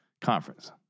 conference